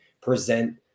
present